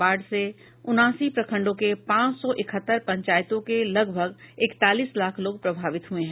बाढ़ से उनासी प्रखंडों के पांच सौ इकहत्तर पंचायतों के लगभग छब्बीस लाख लोग प्रभावित हुये हैं